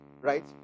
right